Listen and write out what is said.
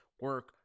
Work